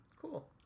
Cool